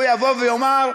הוא יבוא ויאמר: